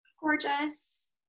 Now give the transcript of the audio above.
gorgeous